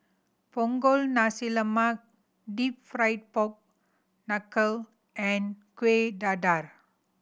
Punggol Nasi Lemak Deep Fried Pork Knuckle and Kueh Dadar